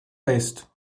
west